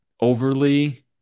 overly